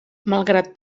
malgrat